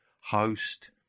Host